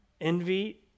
Envy